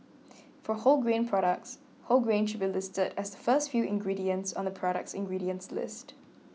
for wholegrain products whole grain should be listed as the first few ingredients on the product's ingredients list